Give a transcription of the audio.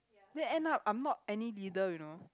then end up I'm not any leader you know